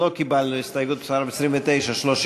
קיבלנו את הסתייגות מס' 29. מס'